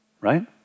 right